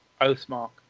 Oathmark